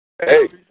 Hey